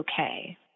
okay